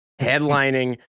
headlining